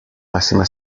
massima